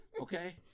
Okay